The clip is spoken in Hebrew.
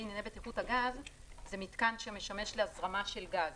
מינהלת בטיחות הגז זה מתקן שמשמש להזרמה של גז.